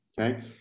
okay